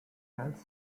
health